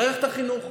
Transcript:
מערכת החינוך,